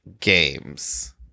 games